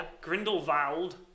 Grindelwald